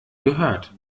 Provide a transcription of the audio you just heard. gehört